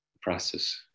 process